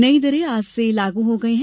नई दरें आज से लागू हो गई है